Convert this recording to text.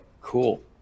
Cool